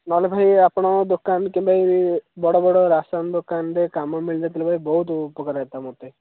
ନହେଲେ ଭାଇ ଆପଣଙ୍କ ଦୋକାନ କିମ୍ବା ଇଏ ବଡ଼ ବଡ଼ ରାସନ୍ ଦୋକାନରେ କାମ ମିଳି ଯାଇଥିଲେ ଭାଇ ବହୁତ ଉପକାର ହୁଅନ୍ତା ମୋତେ